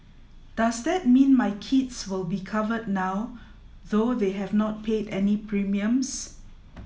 does that mean my kids will be covered now though they have not paid any premiums